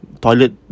Toilet